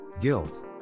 Guilt